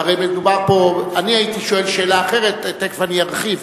אני הייתי שואל שאלה אחרת, תיכף אני ארחיב,